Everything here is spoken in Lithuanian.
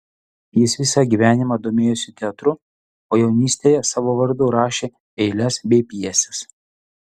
jis visą gyvenimą domėjosi teatru o jaunystėje savo vardu rašė eiles bei pjeses